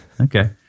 Okay